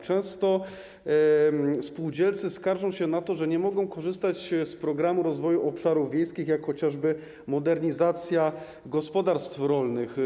Często spółdzielcy skarżą się na to, że nie mogą korzystać z Programu Rozwoju Obszarów Wiejskich, chociażby z działania: Modernizacja gospodarstw rolnych.